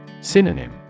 Synonym